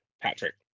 Patrick